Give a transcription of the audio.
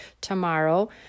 tomorrow